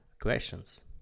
questions